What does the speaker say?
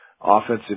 offensive